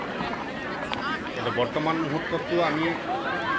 কিন্তু বৰ্তমান মুহূৰ্তততো আমি